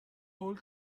هول